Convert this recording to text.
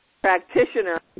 practitioner